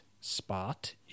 spot